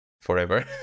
forever